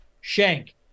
Shank